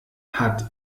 hat